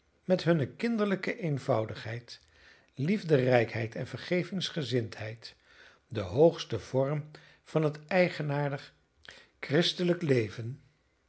met hunne kinderlijke eenvoudigheid liefderijkheid en vergevensgezindheid den hoogsten vorm van het eigenaardig christelijk leven